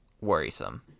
worrisome